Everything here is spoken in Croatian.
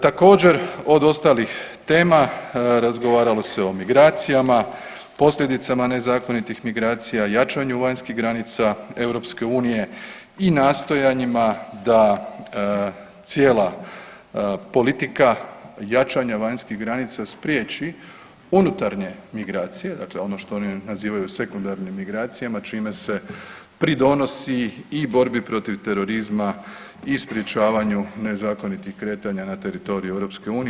Također od ostalih tema razgovaralo se o migracijama, posljedicama nezakonitih migracija, jačanju vanjskih granica EU i nastojanjima da cijela politika jačanja vanjskih granica spriječi unutarnje migracije dakle ono što oni nazivaju sekundarnim migracijama čime se pridonosi i borbi protiv terorizma i sprječavanju nezakonitih kretanja na teritoriju EU.